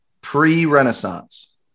Pre-Renaissance